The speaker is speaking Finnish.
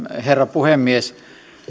herra puhemies